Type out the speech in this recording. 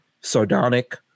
sardonic